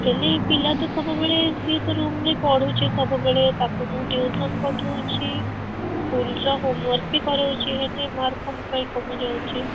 ପିଲା ତ ସବୁବେଳେ ସିଏ ତ ରୁମ୍ରେ ପଢ଼ୁଛି ସବୁବେଳେ ତାକୁ ମୁଁ ଟ୍ୟୁସନ୍ ପଠାଉଛି ସ୍କୁଲର ହୋମ୍ ୱାର୍କ୍ ବି କରାଉଛି ହେଲେ ମାର୍କ କ'ଣ ପାଇଁ କମି ଯାଉଛି